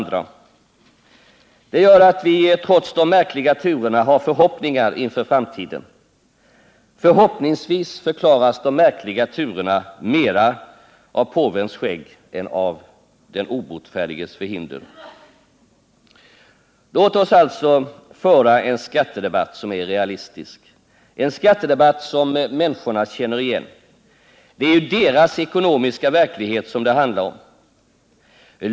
De gör att vi trots de märkliga turerna har förhoppningar inför framtiden. Förhoppningsvis förklaras de märkliga turerna mera av ”påvens skägg” än av ”den obotfärdiges förhinder”. Låt oss alltså föra en skattedebatt som är realistisk, som människorna känner igen. Det är ju deras ekonomiska verklighet som det handlar om.